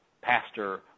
pastor